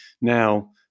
now